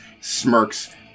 smirks